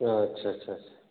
ᱟᱪᱪᱷᱟ ᱪᱷᱟ